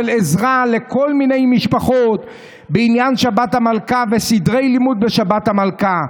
עזרה לכל מיני משפחות בעניין שבת המלכה וסדרי לימוד בשבת המלכה.